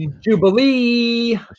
Jubilee